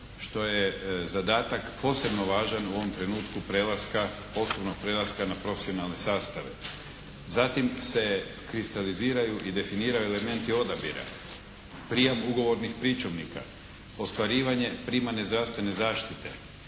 što je zadatak posebno važan u ovom trenutku prelaska, postupnog prelaska na profesionalni sastave. Zatim se kristaliziraju i definiraju elementi odabira. Prijem ugovornih pričuvnika. Ostvarivanje primarne zdravstvene zaštite.